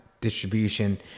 distribution